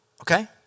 Okay